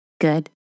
good